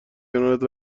کنارت